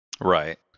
Right